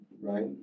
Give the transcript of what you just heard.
Right